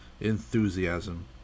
enthusiasm